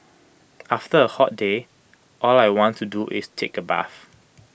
after A hot day all I want to do is take A bath